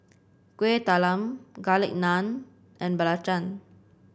Kueh Talam Garlic Naan and belacan